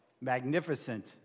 Magnificent